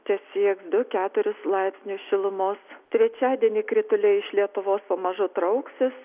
tesieks du keturis laipsnius šilumos trečiadienį krituliai iš lietuvos pamažu trauksis